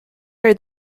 are